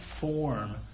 form